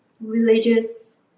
religious